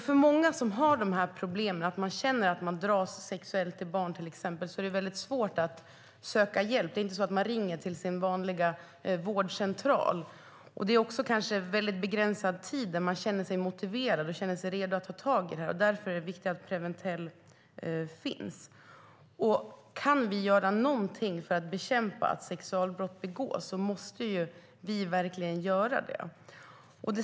För många som har dessa problem att de känner att de dras sexuellt till exempelvis barn är det mycket svårt att söka hjälp. De ringer inte till sin vanliga vårdcentral. Det kanske även är en mycket begränsad tid som de känner sig motiverade och redo att ta tag i detta. Därför är det viktigt att Preventell finns. Om vi kan göra någonting för att bekämpa att sexualbrott begås måste vi verkligen göra det.